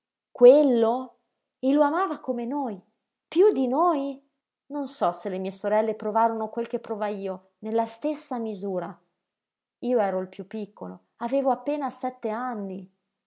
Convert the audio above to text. quello e lo amava come noi piú di noi non so se le mie sorelle provarono quel che provai io nella stessa misura io ero il piú piccolo avevo appena sette anni